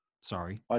Sorry